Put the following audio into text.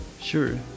sure